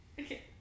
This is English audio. Okay